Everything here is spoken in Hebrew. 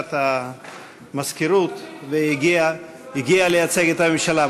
לבקשת המזכירות והגיע לייצג את הממשלה.